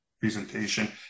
presentation